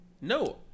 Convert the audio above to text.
No